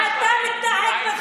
את תכבדי.